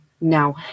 now